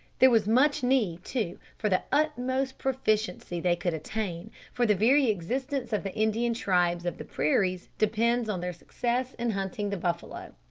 there was much need, too, for the utmost proficiency they could attain, for the very existence of the indian tribes of the prairies depends on their success in hunting the buffalo.